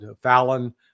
Fallon